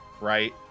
right